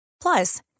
Plus